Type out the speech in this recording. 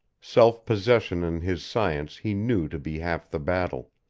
self-possession in his science he knew to be half the battle.